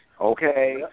Okay